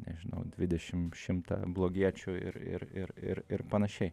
nežinau dvidešim šimtą blogiečių ir ir ir ir ir panašiai